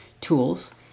tools